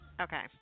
Okay